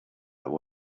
there